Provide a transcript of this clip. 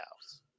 house